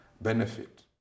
benefit